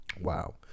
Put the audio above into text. wow